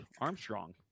Armstrong